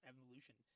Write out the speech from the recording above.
Evolution